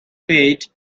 paid